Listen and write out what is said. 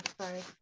sorry